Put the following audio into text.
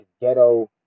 ghetto